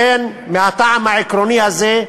לכן, מהטעם העקרוני הזה,